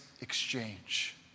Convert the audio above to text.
exchange